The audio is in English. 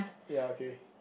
ya okay